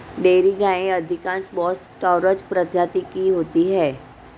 dairy गायें अधिकांश बोस टॉरस प्रजाति की होती हैं